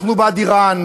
אנחנו בעד איראן,